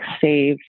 save